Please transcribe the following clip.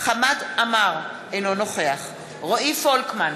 חמד עמאר, אינו נוכח רועי פולקמן,